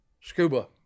scuba